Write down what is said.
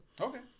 Okay